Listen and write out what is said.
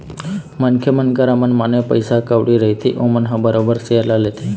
मनखे मन करा मनमाने पइसा कउड़ी रहिथे ओमन ह बरोबर सेयर ल लेथे